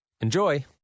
enjoy